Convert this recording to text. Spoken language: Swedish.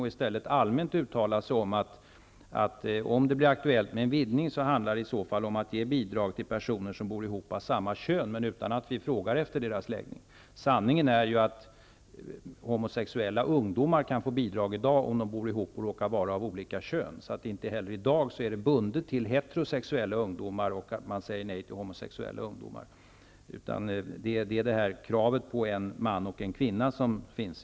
Man har i stället uttalat sig allmänt om att om det blir aktuellt med en utvidgning, innebär denna i så fall att två personer av samma kön som bor ihop kan få bidrag, utan att man frågar efter deras läggning. Sanningen är ju att homosexuella ungdomar i dag kan få bidrag, om de bor ihop och råkar vara av olika kön. Bostadsbidraget är inte heller i dag bundet till heterosexuella ungdomar. Man säger alltså inte nej till homosexuella ungdomar, utan det är kravet på att det skall vara fråga om en man och en kvinna som gäller.